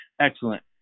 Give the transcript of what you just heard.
Excellent